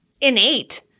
innate